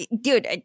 dude